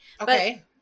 Okay